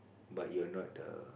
but you're not the